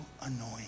annoying